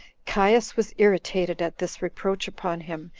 caius was irritated at this reproach upon him,